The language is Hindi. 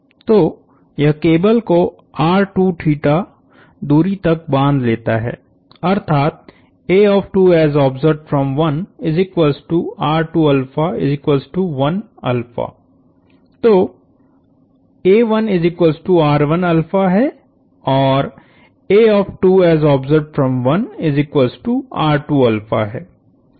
तो यह केबल को दूरी तक बाँध लेता है अर्थात तो है और है